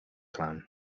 clan